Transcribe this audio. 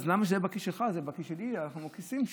אז למה שזה יהיה בכיס שלך?